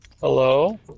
Hello